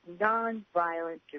non-violent